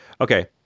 Okay